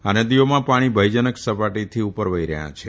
આ નદીઓમાં પાણી ભયજનક સપાટી ઉપરથી વહી રહયાં છે